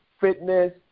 fitness